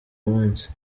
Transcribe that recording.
munsi